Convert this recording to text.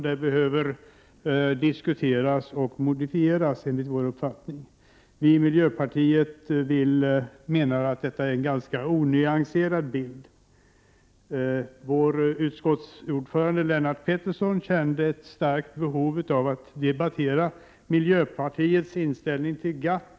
Den behöver diskuteras och modifieras, enligt vår uppfattning. Miljöpartiet menar att detta är en ganska onyanserad bild. Vår utskottsordförande, Lennart Pettersson, kände ett starkt behov av att debattera mijöpartiets inställning till GATT.